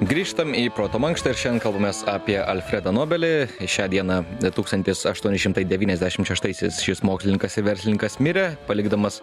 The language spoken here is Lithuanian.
grįžtam į proto mankštą ir šiandien kalbamės apie alfredą nobelį šią dieną tūkstantis aštuoni šimtai devyniasdešimt šeštaisiais šis mokslininkas ir verslininkas mirė palikdamas